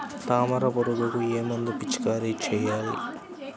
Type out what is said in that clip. తామర పురుగుకు ఏ మందు పిచికారీ చేయాలి?